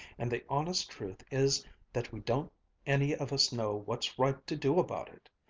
and the honest truth is that we don't any of us know what's right to do about it.